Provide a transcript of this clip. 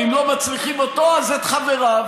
ואם לא מצליחים אותו אז את חבריו,